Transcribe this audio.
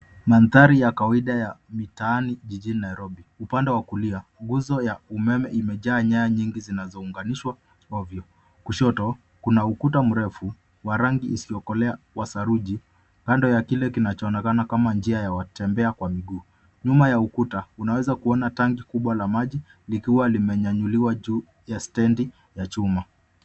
Mandhari ya kawaida ya mitaani jijini Nairobi. Upande wa kulia nguzo ya umeme imejaa nyaya nyingi zinazounganishwa ovyo. Kushoto kuna ukuta mrefu wa rangi isiyokolea ya saruji kando ya kile kinachoonekana kama njia ya watembea kwa miguu. Nyuma ya ukuta unaweza kuona tangi kubwa la maji likiwa limenyanyuliwa juu ya stendi ya chuma.